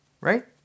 right